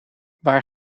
waar